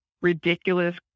ridiculous